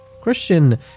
Christian